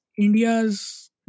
India's